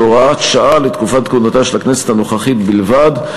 כהוראת שעה לתקופת כהונתה של הכנסת הנוכחית בלבד.